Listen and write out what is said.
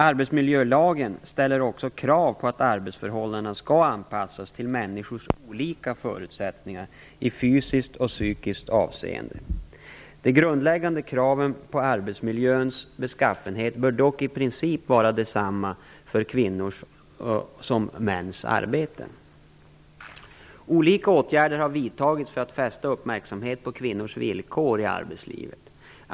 Arbetsmiljölagen ställer också krav på att arbetsförhållandena skall anpassas till människors olika förutsättningar i fysiskt och psykiskt avseende. De grundläggande kraven på arbetsmiljöns beskaffenhet bör dock i princip vara desamma för kvinnors som för mäns arbeten. Olika åtgärder har vidtagits för att fästa uppmärksamhet på kvinnors villkor i arbetslivet.